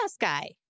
guy